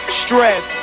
stress